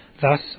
Thus